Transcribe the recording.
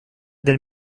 del